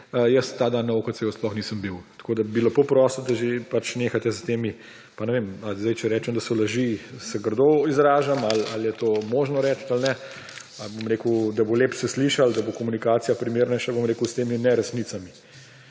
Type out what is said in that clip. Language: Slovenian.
Jaz ta dan na OKC sploh nisem bil, tako da bi lepo prosil, da že nehate − pa ne vem zdaj, če rečem, da so laži, se grdo izražam, ali je to možno reči ali ne, ali pa bom rekel, da se bo lepše slišalo, da bo komunikacija primernejša − s temi neresnicami.